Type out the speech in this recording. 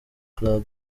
club